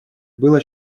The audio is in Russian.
было